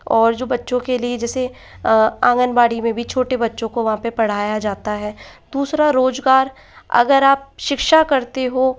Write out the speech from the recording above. और जो बच्चों के लिए जैसे आंगनबाड़ी में भी छोटे बच्चों को वहाँ पर पढ़ाया जाता है दूसरा रोजगार अगर आप शिक्षा करते हो